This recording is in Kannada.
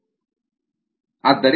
5 D m 1 1 SiSiKs0